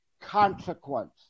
consequence